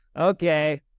Okay